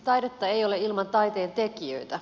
taidetta ei ole ilman taiteen tekijöitä